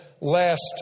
last